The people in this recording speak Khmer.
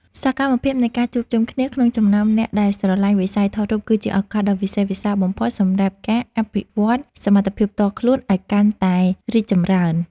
សកម្មភាពនៃការជួបជុំគ្នាក្នុងចំណោមអ្នកដែលស្រឡាញ់វិស័យថតរូបគឺជាឱកាសដ៏វិសេសវិសាលបំផុតសម្រាប់ការអភិវឌ្ឍសមត្ថភាពផ្ទាល់ខ្លួនឱ្យកាន់តែរីកចម្រើន។